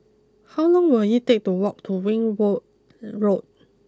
how long will it take to walk to Ringwood Road